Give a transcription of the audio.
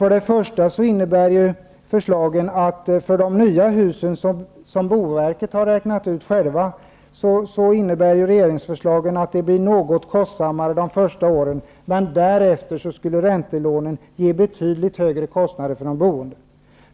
Regeringsförslagen innebär för det första att det blir något kostsammare de första åren för de nya husen. Det har boverket självt räknat ut. Men därefter skulle räntelånen ge betydligt högre kostnader för de boende.